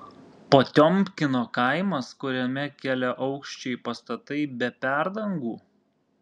potiomkino kaimas kuriame keliaaukščiai pastatai be perdangų